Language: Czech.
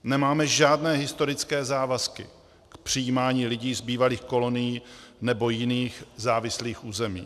Nemáme žádné historické závazky k přijímání lidí z bývalých kolonií nebo jiných závislých území.